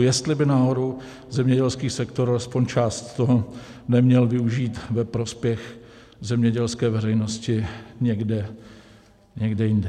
Jestli by náhodou zemědělský sektor alespoň část toho neměl využít ve prospěch zemědělské veřejnosti někde jinde.